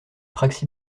praxi